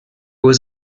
was